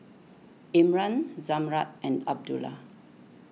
Imran Zamrud and Abdullah